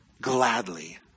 gladly